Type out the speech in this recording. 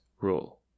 rule